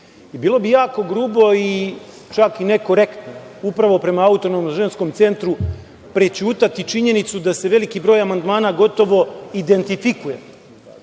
Bilo bi jako grubo i čak i nekorektno upravo prema Autonomnom ženskom centru prećutati činjenicu da se veliki broj amandmana gotovo identifikuje